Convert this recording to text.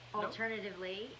alternatively